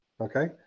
Okay